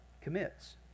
commits